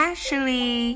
Ashley